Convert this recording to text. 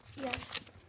Yes